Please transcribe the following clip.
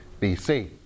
BC